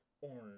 orange